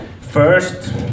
First